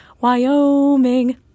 Wyoming